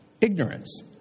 Ignorance